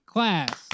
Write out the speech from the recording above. Class